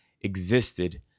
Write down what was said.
existed